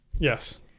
Yes